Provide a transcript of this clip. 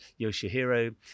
Yoshihiro